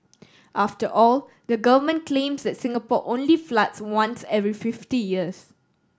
after all the government claims that Singapore only floods once every fifty years